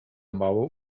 mało